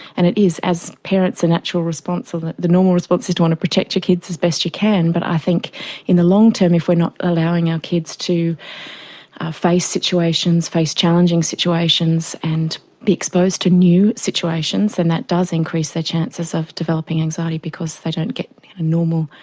and it is, as parents, the the normal response is to want to protect your kids as best you can, but i think in the long term if we are not allowing our kids to face situations, face challenging situations and be exposed to new situations, then that does increase their chances of developing anxiety because they don't get normal,